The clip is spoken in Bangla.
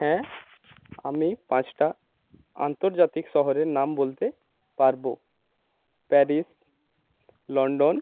হ্যাঁ আমি পাঁচটা আন্তর্জাতিক শহরের নাম বলতে পারবো প্যারিস লন্ডন